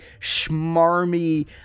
schmarmy